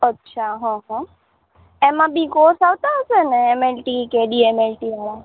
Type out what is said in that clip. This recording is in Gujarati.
અચ્છા હા હા એમાં બી કોર્સ આવતાં હશે ને એમ એલ ટી કે ડી એમ એલ ટી એવાં